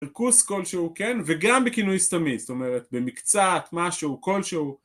פרקוס כלשהו, כן, וגם בכינוי סתמי, זאת אומרת במקצת משהו כלשהו